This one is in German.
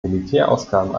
militärausgaben